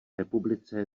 republice